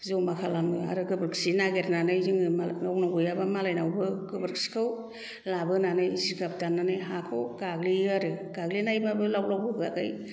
ज'मा खालामो आरो गोबोरखि नागिरनानै जोङो मालाबा गावनाव गैयाबा मालायनावबो गोबोरखिखौ लाबोनानै जिगाब दान्नानै हाखौ गाग्लियो आरो गाग्लिनायबाबो लाव लावबो होयाखै